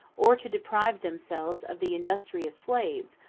or to deprive themselves of the industrious slaves,